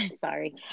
sorry